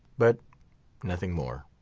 but nothing more.